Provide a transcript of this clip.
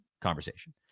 conversation